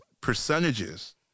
percentages